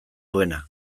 duena